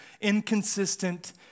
inconsistent